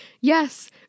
Yes